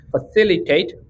facilitate